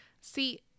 See –